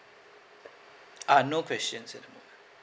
uh no questions at the moment